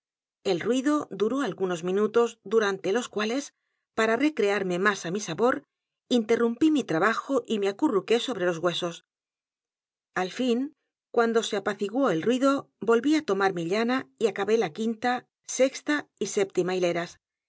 el ruido duró algunos minutds durante los cuales p a r a recrearme más á mi sabor interrumpí mi trabajo y me acurruqué sobre los huesos al fin cuando se apaciguó el ruido volví á tomar mi llana y acabé la quinta sexta y séptima hiler